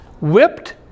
Whipped